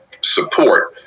support